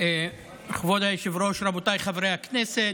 כבוד היושב-ראש, רבותיי חברי הכנסת,